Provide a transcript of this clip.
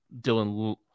dylan